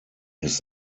his